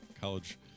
college –